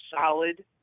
solid